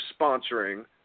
sponsoring